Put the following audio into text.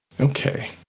Okay